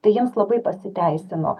tai jiems labai pasiteisino